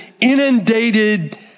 inundated